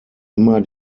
immer